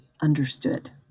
understood